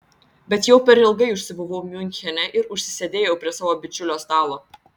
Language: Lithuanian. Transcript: bet jau per ilgai užsibuvau miunchene ir užsisėdėjau prie savo bičiulio stalo